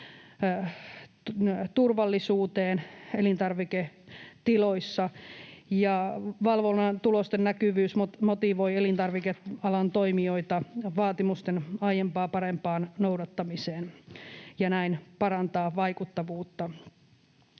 turvallisuuteen elintarviketiloissa ja valvonnan tulosten näkyvyys motivoi elintarvikealan toimijoita vaatimusten aiempaa parempaan noudattamisen ja näin parantaa vaikuttavuutta.